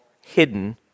hidden